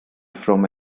from